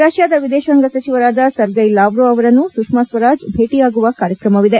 ರಷ್ಠಾದ ವಿದೇಶಾಂಗ ಸಚಿವರಾದ Sergei Lavrov ಅವರನ್ನು ಸುಷ್ಮಾ ಸ್ವರಾಜ್ ಭೇಟಿಯಾಗುವ ಕಾರ್ಯಕ್ರಮವಿದೆ